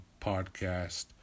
Podcast